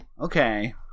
okay